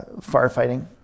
firefighting